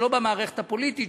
שלא במערכת הפוליטית,